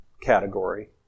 category